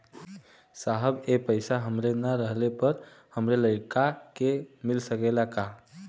साहब ए पैसा हमरे ना रहले पर हमरे लड़का के मिल सकेला का?